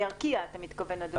אתה מתכוון לארקיע.